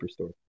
superstore